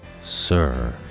Sir